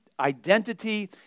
Identity